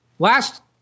Last